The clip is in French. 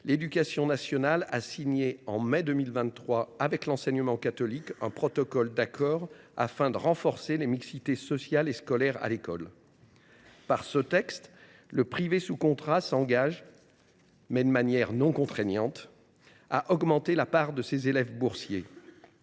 l’éducation nationale a signé avec l’enseignement catholique un protocole d’accord afin de renforcer les mixités sociale et scolaire. Par ce texte, l’enseignement privé sous contrat s’engage, de manière non contraignante, à augmenter la part de ses élèves boursiers.